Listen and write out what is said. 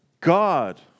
God